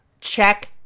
check